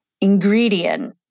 ingredient